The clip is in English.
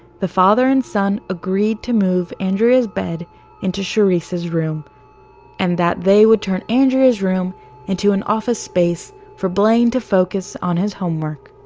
the father and son agreed to move andrea's bed into charisse's room and that they would turn andrea's room into an office space for blaine to focus on his homework.